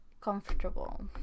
comfortable